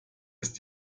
ist